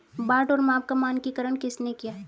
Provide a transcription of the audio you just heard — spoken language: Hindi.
बाट और माप का मानकीकरण किसने किया?